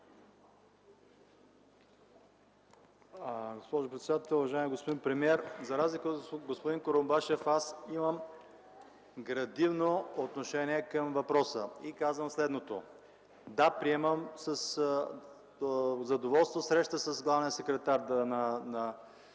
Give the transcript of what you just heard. господин премиер! За разлика от господин Курумбашев, аз имам градивно отношение към въпроса. Затова казвам следното: да, приемам със задоволство среща с главния секретар на